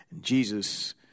Jesus